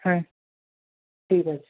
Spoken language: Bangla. হ্যাঁ ঠিক আছে